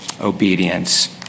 obedience